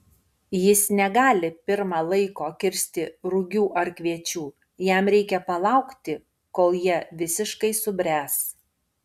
jis negali pirma laiko kirsti rugių ar kviečių jam reikia palaukti kol jie visiškai subręs